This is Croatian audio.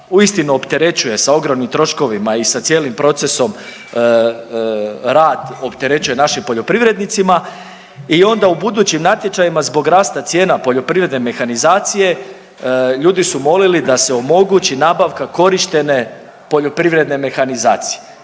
uistinu opterećuje sa ogromnim troškovima i sa cijelim procesom rad opterećuje našim poljoprivrednicima i onda u budućim natječajima zbog rasta cijena poljoprivredne mehanizacije ljudi su molili da se omogući nabavka korištene poljoprivredne mehanizacije